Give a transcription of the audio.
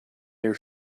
near